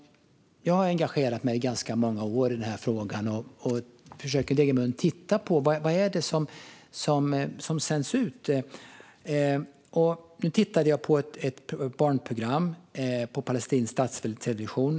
Jag har engagerat mig i ganska många år i denna fråga och försöker regelbundet titta på vad det är som sänds ut. Den 20 juli tittade jag på ett barnprogram på palestinsk statstelevision.